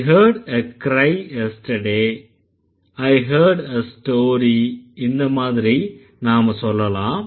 I heard a cry yesterday I heard a story இந்த மாதிரி நாம சொல்லலாம்